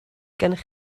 gennych